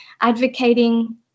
advocating